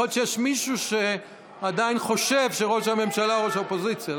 יכול להיות שיש מישהו שעדיין חושב שראש הממשלה הוא ראש האופוזיציה,